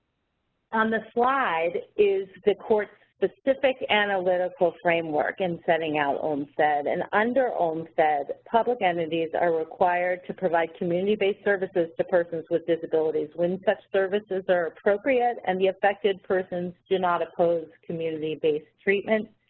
um the slide is the court's specific analytical framework in setting out olmstead, and under olmstead public entities are required to provide community-based services to persons with disabilities when such services are appropriate and the effected persons do not oppose community-based treatment,